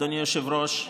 אדוני היושב-ראש,